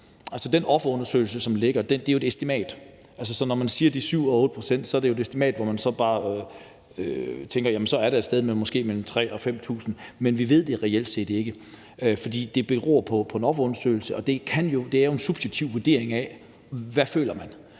Altså, den offerundersøgelse, som ligger, er jo et estimat. Så når man siger det med 7 og 8 pct., er der jo tale om et estimat, hvor man tænker, at der måske er et sted mellem 3.000 og 5.000, men vi ved det reelt set ikke. For det beror på en offerundersøgelse, og det er jo en subjektiv vurdering af, hvad man